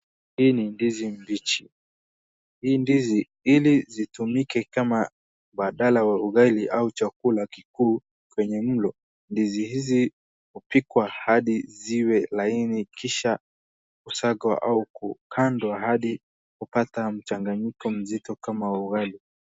Hii ni ndizi mbichi. Hii ndizi ili zitumike kama badala wa ugali ama chakula kikuu kwenye mlo, ndizi hii hupikwa hadi ziwe laini kisha kusagwa au hukandwa hadi kupata mchanganyiko mzito kama ugali.